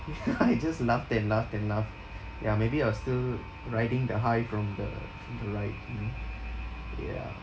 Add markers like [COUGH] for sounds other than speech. ya [LAUGHS] I just laughed and laughed and laughed ya maybe I was still riding the high from the the ride mmhmm ya